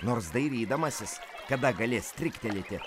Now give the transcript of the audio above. nors dairydamasis kada galės striktelėti